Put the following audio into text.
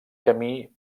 camí